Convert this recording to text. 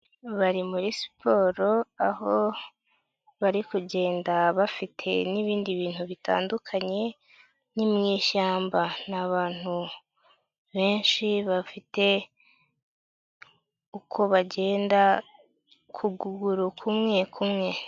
Bari muri siporo aho bari kugenda bafite n'ibindi bintu bitandukanye ni mu ishyamba, ni abantu benshi bafite uko bagenda ku kuguru kumwe kumwe.